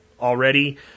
already